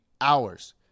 hours